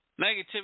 Negativity